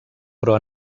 però